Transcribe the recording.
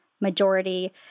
majority